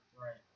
Right